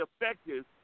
effective